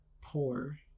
poor